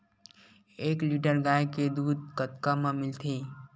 एक लीटर गाय के दुध कतका म मिलथे?